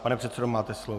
Pane předsedo, máte slovo.